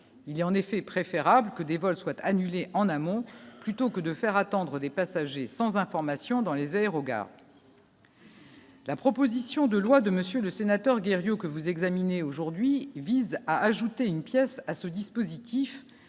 il y a en effet préférable que des vols, soit annulée en amont plutôt que de faire attendre des passagers sans information dans les aérogares. La proposition de loi de monsieur le sénateur Guy Rioux que vous examinez aujourd'hui vise à ajouter une pièce à ce dispositif,